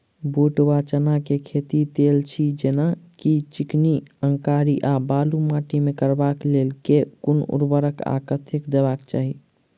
बूट वा चना केँ खेती, तेल छी जेना की चिकनी, अंकरी आ बालू माटि मे करबाक लेल केँ कुन उर्वरक आ कतेक देबाक चाहि?